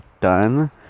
done